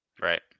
Right